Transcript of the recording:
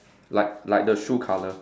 like like the shoe colour